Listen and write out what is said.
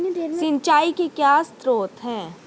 सिंचाई के क्या स्रोत हैं?